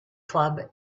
club